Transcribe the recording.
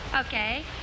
Okay